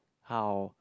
how